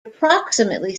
approximately